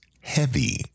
heavy